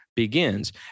Begins